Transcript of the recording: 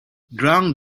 dunk